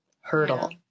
hurdle